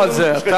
לא זה, אתה